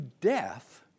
death